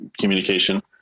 communication